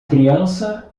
criança